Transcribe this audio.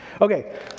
Okay